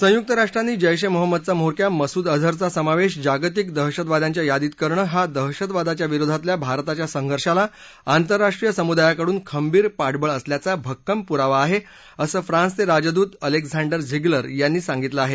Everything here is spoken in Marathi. संयुक्त राष्ट्रांनी जैश ए मोहम्मदचा म्होरक्या मसूद अझहरचा समावेश जागतिक दहशतवाद्यांच्या यादीत करणं हा दहशतवादाच्या विरोधातल्या भारताच्या संघर्षाला आंतरराष्ट्रीय समुदायाकडुन खंबीर पाठबळ असल्याचा भक्कम पुरावा आहे असं फ्रान्सचे राजदूत अलेक्झांडर झिगलर यांनी सांगितलं आहे